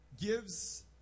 gives